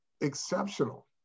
exceptional